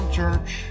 church